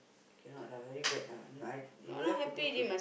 cannot lah very bad lah I you have to go through